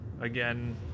again